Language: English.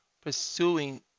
pursuing